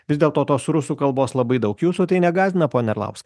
vis dėlto tos rusų kalbos labai daug jūsų tai negąsdina pone arlauskai